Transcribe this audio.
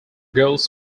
girls